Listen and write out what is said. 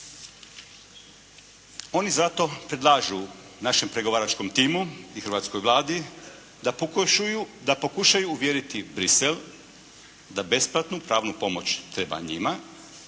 Oni zato predlažu našem pregovaračkom timu i hrvatskoj Vladi da pokušaju uvjeriti Bruxelles da besplatnu pravnu pomoć treba njima,